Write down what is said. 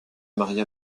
maria